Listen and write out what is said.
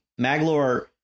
Maglor